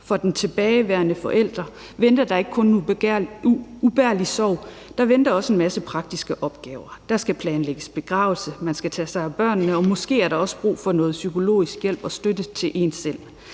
For den tilbageværende forælder venter der ikke kun ubærlig sorg, der venter også en masse praktiske opgaver. Der skal planlægges begravelse, man skal tage sig af børnene, og måske har man også brug for at få noget psykologisk hjælp og støtte til sig selv.